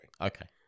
Okay